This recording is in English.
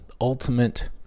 ultimate